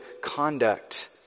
conduct